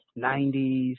90s